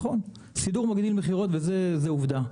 נכון סידור מגדיל מכירות וזו עובדה,